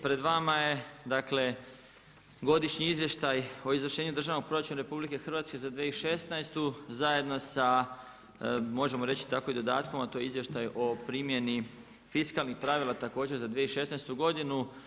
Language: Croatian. Pred vama je dakle, godišnji Izvještaj o izvršenju državnog proračunu RH za 2016. zajedno sa možemo reći tako i dodatkom, a to je izvještaj o primjeni fiskalnih pravila također za 2016. godinu.